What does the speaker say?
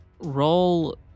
Roll